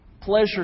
pleasure